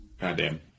Goddamn